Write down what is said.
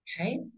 Okay